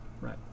Right